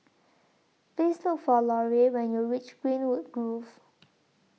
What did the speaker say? Please Look For Larae when YOU REACH Greenwood Grove